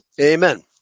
Amen